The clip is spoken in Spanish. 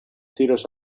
tiros